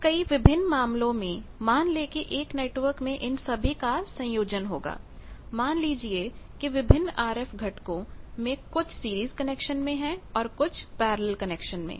फिर कई विभिन्न मामलों में मान लें कि एक नेटवर्क में इन सभी का संयोजन होगा मान लीजिए कि विभिन्न आरएफ घटकों में कुछ सीरीज कनेक्शन में है और कुछ पैरेलल कनेक्शन में